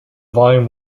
volume